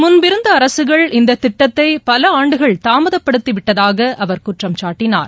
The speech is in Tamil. முன்பிருந்தஅரசுகள் இந்ததிட்டத்தைபலஆண்டுகள் தாமதப்படுத்திவிட்டதாகஅவர் குற்றம் சாட்டினார்